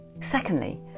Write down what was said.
Secondly